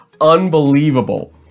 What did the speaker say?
Unbelievable